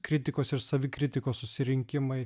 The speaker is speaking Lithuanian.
kritikos ir savikritikos susirinkimai